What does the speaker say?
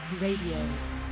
Radio